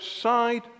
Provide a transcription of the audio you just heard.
side